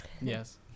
Yes